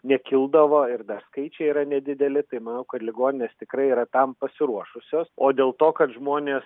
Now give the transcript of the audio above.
nekildavo ir dar skaičiai yra nedideli tai manau kad ligoninės tikrai yra tam pasiruošusios o dėl to kad žmonės